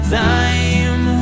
time